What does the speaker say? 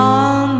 on